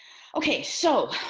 okay. so